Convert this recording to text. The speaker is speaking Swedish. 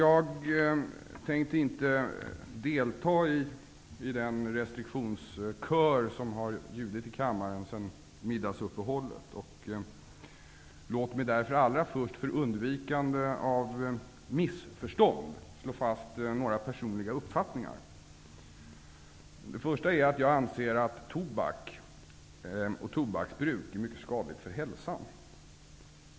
Jag tänkte inte delta i den restriktionskör som har ljudit i kammaren sedan middagsuppehållet. Låt mig därför allra först, för undvikande av missförstånd, slå fast några personliga uppfattningar. Jag anser för det första att tobak och tobaksbruk är mycket skadligt för hälsan.